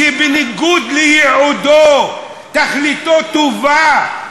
שבניגוד לייעודו תכליתו טובה,